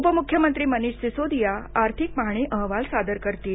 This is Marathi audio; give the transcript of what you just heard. उपमुख्यमंत्री मनीष सिसोदिया आर्थिक पाहणी अहवाल सादर करतील